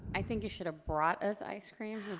i think you should've brought us ice cream